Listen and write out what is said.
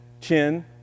Chin